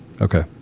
Okay